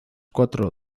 cuatro